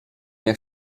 nie